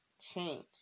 change